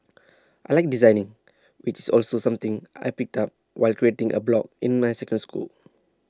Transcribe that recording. I Like designing which is also something I picked up while creating A blog in my second school